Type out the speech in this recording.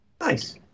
Nice